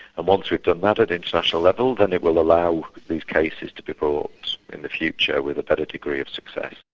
and once we've done that at international level, then it will allow these cases to be brought in the future with a better degree of success.